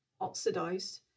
oxidized